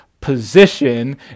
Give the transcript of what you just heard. position